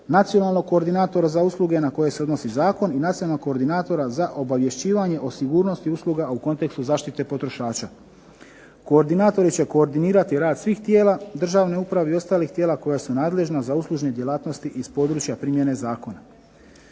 nacionalnog koordinatora za usluge na koje se odnosi zakon i nacionalnog koordinatora za obavješćivanje o sigurnosti usluga u kontekstu zaštite potrošača. Koordinatori će koordinirati rad svih tijela državne uprave i ostalih tijela koja su nadležna za uslužne djelatnosti iz područja primjene zakona.